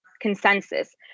consensus